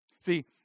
See